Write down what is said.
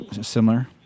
similar